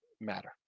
matter